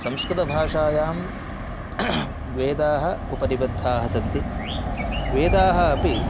संस्कृतभाषायां वेदाः उपनिबद्धाः सन्ति वेदाः अपि